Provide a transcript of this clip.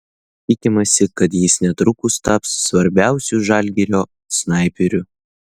tikimasi kad jis netrukus taps svarbiausiu žalgirio snaiperiu